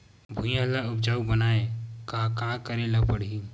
भुइयां ल उपजाऊ बनाये का करे ल पड़ही?